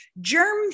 germ